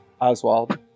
Oswald